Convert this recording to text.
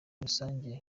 rusange